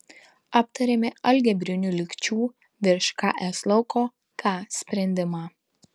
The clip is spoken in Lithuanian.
aptarėme algebrinių lygčių virš ks lauko k sprendimą